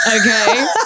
Okay